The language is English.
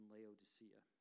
Laodicea